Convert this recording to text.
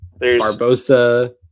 Barbosa